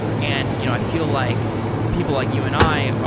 and you know i feel like people like you and i,